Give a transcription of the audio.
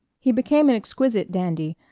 he became an exquisite dandy,